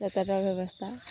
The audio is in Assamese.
যাতায়তৰ ব্যৱস্থা